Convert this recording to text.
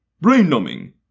brain-numbing